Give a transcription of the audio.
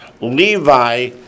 Levi